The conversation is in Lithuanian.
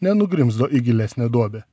nenugrimzdo į gilesnę duobę